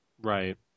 Right